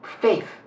faith